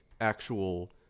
actual